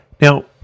Now